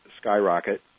skyrocket